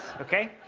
okay?